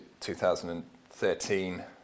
2013